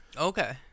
Okay